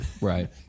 Right